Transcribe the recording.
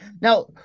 now